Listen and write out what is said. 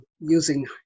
using